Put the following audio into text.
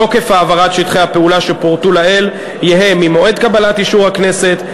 תוקף העברת שטחי הפעולה שפורטו לעיל יהא ממועד קבלת אישור הכנסת,